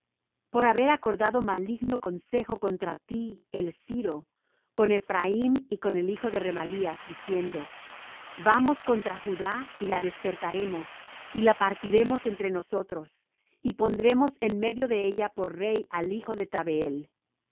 por haber acordado maligno consejo contra ti el siro con ephraim y con el hijo de remalías diciendo vamos contra judá y la despertaremos y la partiremos entre nosotros y pondremos en medio de ella por rey al hijo de tabeel